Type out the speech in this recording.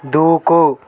దూకు